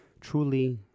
truly